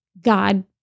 God